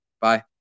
Bye